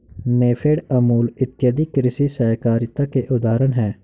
नेफेड, अमूल इत्यादि कृषि सहकारिता के उदाहरण हैं